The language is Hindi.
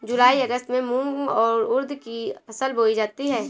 जूलाई अगस्त में मूंग और उर्द की फसल बोई जाती है